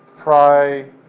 try